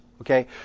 Okay